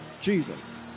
Jesus